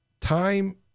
Time